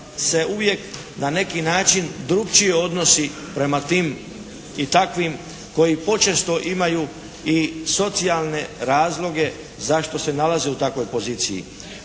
se uvijek na neki način drukčije odnosi prema tim i takvim koji počesto imaju i socijalne razloge zašto se nalaze u takvoj poziciji.